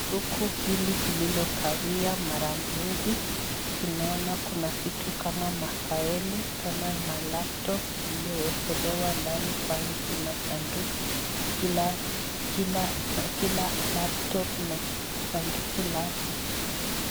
Huku Ili iliyokawia mara mingi, tunaona Kuna vitu kama mafaeli kama malaptop iliyowekelewa ndani kwa hizi masanduku Kila laptop na sanduku lake.